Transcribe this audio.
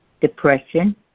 Depression